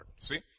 See